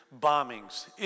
bombings